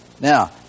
Now